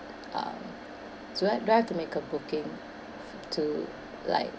um do I do I have to make a booking to like